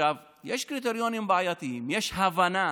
יש קריטריונים בעייתיים, יש הבנה